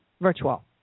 virtual